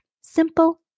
Simple